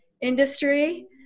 Industry